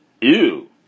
ew